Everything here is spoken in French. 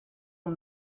ont